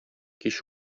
кич